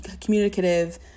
communicative